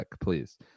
please